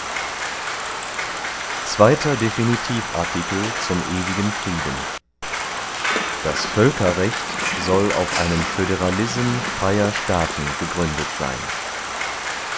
zweyter definitivartikel zum ewigen frieden das völkerrecht soll auf einen föderalism freyer staaten gegründet seyn